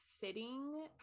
fitting